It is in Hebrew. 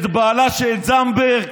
את בעלה של זנדברג,